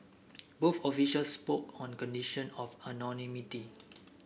both officials spoke on condition of anonymity